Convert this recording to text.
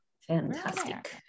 Fantastic